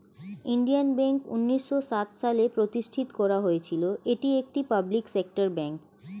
Indian bank উন্নিশো সাত সালে প্রতিষ্ঠিত করা হয়েছিল, এটি একটি পাবলিক সেক্টর ব্যাঙ্ক